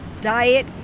Diet